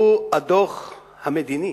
הוא הדוח המדיני